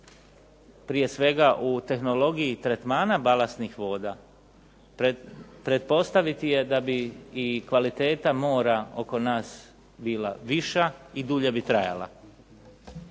prije svega u tehnologiji tretmana balastnih voda pretpostaviti je da bi kvaliteta mora oko nas bila viša i dulje bi trajala.